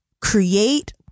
create